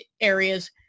areas